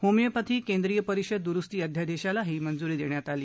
homeopathy केंद्रिय परिषद दुरुस्ती आध्यादेशालाही मंजुरी देण्यात आली